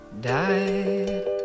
died